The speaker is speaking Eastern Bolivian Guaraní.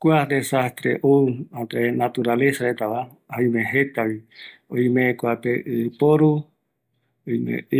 Kua jujereta oïmevi jeta, ɨɨporu,